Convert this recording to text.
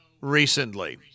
recently